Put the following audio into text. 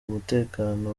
umutekano